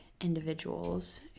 individuals